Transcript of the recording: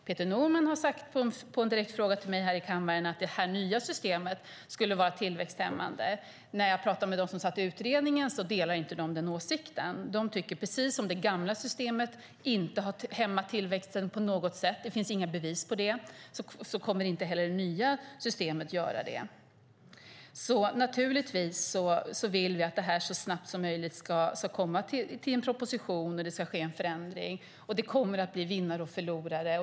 Peter Norman har på en direkt fråga från mig i kammaren svarat att det nya systemet är tillväxthämmande. När jag talade med dem som satt i utredningen delar de inte denna åsikt. De menar att precis som det gamla systemet inte har hämmat tillväxten, det finns inga bevis för det, kommer inte heller det nya systemet att göra det. Givetvis vill vi att detta så snabbt som möjligt ska bli en proposition och att det ska ske en förändring. Det kommer att bli vinnare och förlorare.